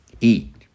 eat